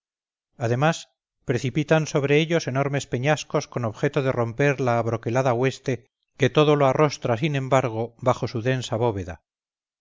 además precipitan sobre ellos enormes peñascos con objeto de romper la abroquelada hueste que todo lo arrostra sin embargo bajo su densa bóveda